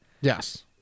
Yes